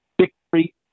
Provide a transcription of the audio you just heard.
Victory